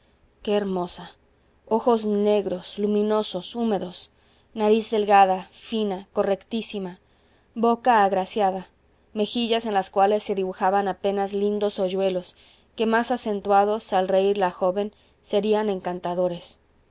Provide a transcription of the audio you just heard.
qué hermosa ojos negros luminosos húmedos nariz delgada fina correctísima boca agraciada mejillas en las cuales se dibujaban apenas lindos hoyuelos que más acentuados al reir la joven serían encantadores